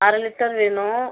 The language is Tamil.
அரை லிட்டர் வேணும்